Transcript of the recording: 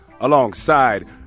alongside